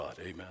Amen